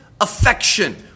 affection